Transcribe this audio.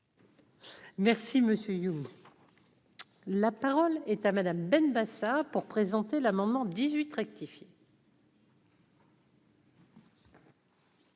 Merci monsieur. La parole est à Madame Benbassa pour présenter l'amendement 18 rectifié.